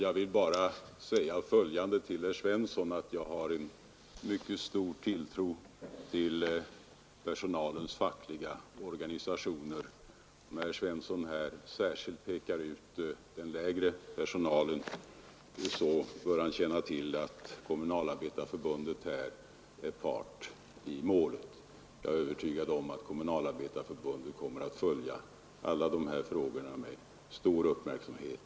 Herr talman! Jag har, herr Svensson, en mycket stor tilltro till personalens fackliga organisationer. Herr Svensson pekar särskilt ut den lägre personalen, Han bör känna till att Kommunalarbetarförbundet är part i målet här. Jag är övertygad om att detta förbund både nu och i fortsättningen kommer att följa alla dessa frågor med stor uppmärksamhet.